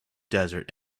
desert